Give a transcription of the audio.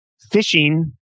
fishing